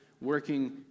working